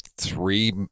three